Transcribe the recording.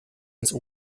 ins